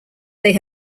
they